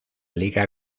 liga